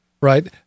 right